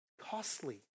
Costly